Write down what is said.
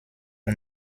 und